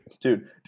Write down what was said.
Dude